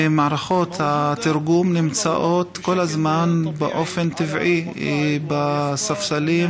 ומערכות התרגום נמצאות כל הזמן באופן טבעי בספסלים,